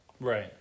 Right